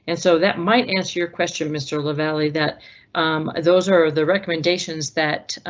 and so that might answer your question. mr. lavalley that those are the recommendations that